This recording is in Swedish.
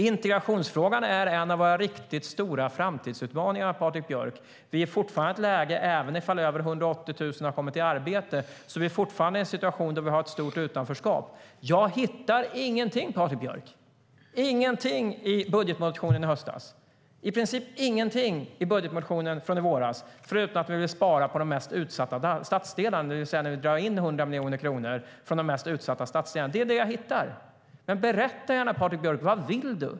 Integrationsfrågan är en av våra riktigt stora framtidsutmaningar, Patrik Björck. Även om över 180 000 har kommit i arbete är vi fortfarande i ett läge där vi har ett stort utanförskap. Jag hittar ingenting om det, Patrik Björck - ingenting i budgetmotionen från i höstas och i princip ingenting i budgetmotionen från i våras förutom att ni vill spara på de mest utsatta stadsdelarna, det vill säga ni vill dra in 100 miljoner kronor från de mest utsatta stadsdelarna. Det är det jag hittar. Berätta gärna, Patrik Björck: Vad vill du?